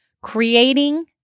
Creating